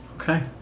Okay